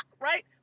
right